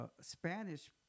Spanish